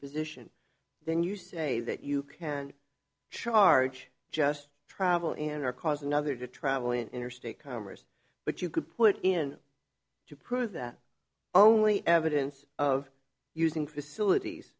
position then you say that you can charge just travel in or cause another to travel in interstate commerce but you could put in to prove that only evidence of using facilities